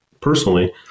personally